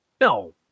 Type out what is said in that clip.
No